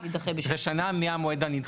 הדיווח יתבצע כשנה לאחר המועד הנדחה,